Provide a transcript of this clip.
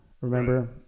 Remember